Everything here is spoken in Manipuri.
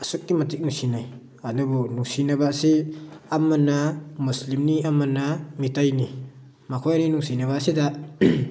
ꯑꯁꯨꯛꯀꯤ ꯃꯇꯤꯛ ꯅꯨꯡꯁꯤꯅꯩ ꯑꯗꯨꯕꯨ ꯅꯨꯡꯁꯤꯅꯕ ꯑꯁꯤ ꯑꯃꯅ ꯃꯨꯁꯂꯤꯝꯅꯤ ꯑꯃꯅ ꯃꯤꯇꯩꯅꯤ ꯃꯈꯣꯏ ꯑꯅꯤ ꯅꯨꯡꯁꯤꯅꯕ ꯑꯁꯤꯗ